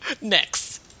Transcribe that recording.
Next